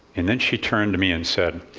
and then she turned to me and said,